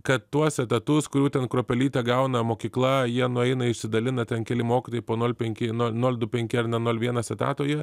kad tuos etatus kurių ten kruopelytę gauna mokykla jie nueina išsidalina ten keli mokytojai po nol penki nol du penki ar ne nol vienas etato jie